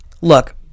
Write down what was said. Look